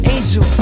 Angel